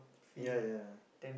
ya ya ya